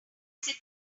said